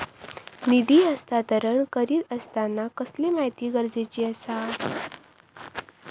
निधी हस्तांतरण करीत आसताना कसली माहिती गरजेची आसा?